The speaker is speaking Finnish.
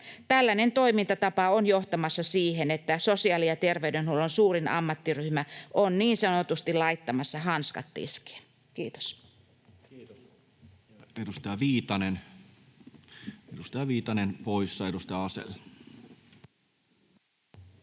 Tällainen toimintatapa on johtamassa siihen, että sosiaali‑ ja terveydenhuollon suurin ammattiryhmä on niin sanotusti laittamassa hanskat tiskiin. — Kiitos. [Speech 384] Speaker: Toinen varapuhemies